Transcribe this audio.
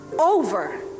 over